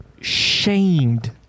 shamed